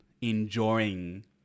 enjoying